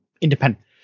independent